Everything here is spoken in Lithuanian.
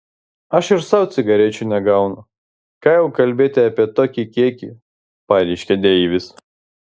aš ir sau cigarečių negaunu ką jau kalbėti apie tokį kiekį pareiškė deivis